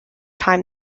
time